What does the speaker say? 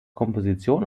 komposition